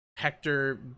Hector